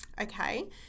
Okay